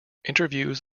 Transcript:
interviews